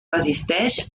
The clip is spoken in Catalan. resisteix